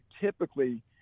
typically